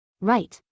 Right